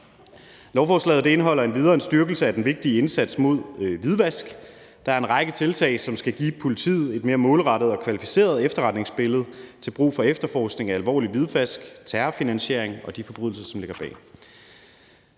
Lovforslaget indeholder endvidere en styrkelse af den vigtige indsats mod hvidvask. Der er en række tiltag, som skal give politiet et mere målrettet og kvalificeret efterretningsbillede til brug for efterforskning af alvorlig hvidvask, terrorfinansiering og de forbrydelser, som ligger bag.